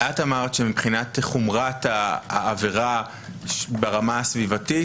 את אמרת שמבחינת חומרת העבירה ברמה הסביבתית